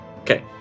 Okay